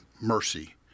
mercy